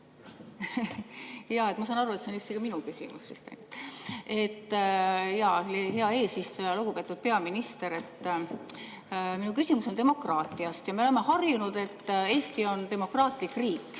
Jaa, ma saan aru, et see on siiski minu küsimus. Hea eesistuja! Lugupeetud peaminister! Minu küsimus on demokraatia kohta. Me oleme harjunud, et Eesti on demokraatlik riik.